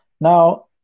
now